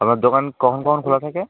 আপনার দোকান কখন কখন খোলা থাকে